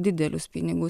didelius pinigus